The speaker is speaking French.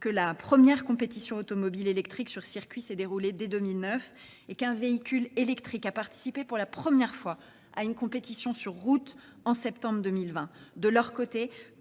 que la première compétition automobile électrique sur circuit s'est déroulée dès 2009 et qu'un véhicule électrique a participé pour la première fois à une compétition sur route en septembre 2020. De leur côté,